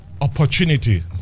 opportunity